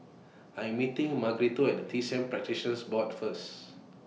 I'm meeting Margarito At T C M Practitioners Board First